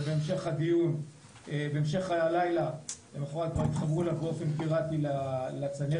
ובהמשך הלילה למחרת כבר התחברו אליה באופן פיראטי לצנרת,